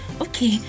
okay